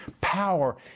power